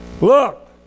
look